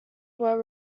were